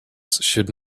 should